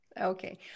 Okay